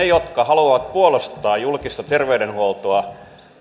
jotka haluavat puolustaa julkista terveydenhuoltoa